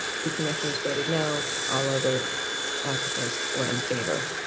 two commissioners voted no. all other ah commissioners were in favor.